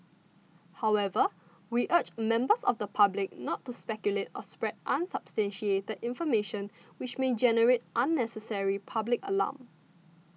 however we urge members of the public not to speculate or spread unsubstantiated that information which may generate unnecessary public alarm